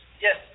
Yes